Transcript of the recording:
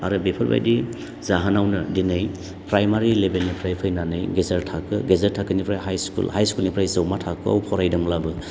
आरो बेफोरबायदि जाहोनावनो दिनै प्रायमारि लेभेलनिफ्राय फैनानै गेजेर थाखो गेजेर थाखोनिफ्राय हाय स्कुल हाय स्कुलनिफ्राय जौमा थाखोआव फरायदोंब्लाबो